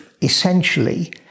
essentially